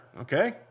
Okay